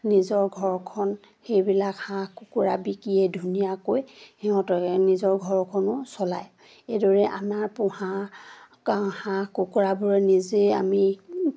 নিজৰ ঘৰখন সেইবিলাক হাঁহ কুকুৰা বিকিয়ে ধুনীয়াকৈ সিহঁতৰ নিজৰ ঘৰখনো চলায় এইদৰে আমাৰ পোহা হাঁহ কুকুৰাবোৰে নিজেই আমি